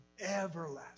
Everlasting